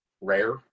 rare